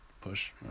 Push